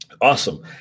Awesome